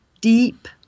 deep